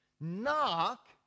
Knock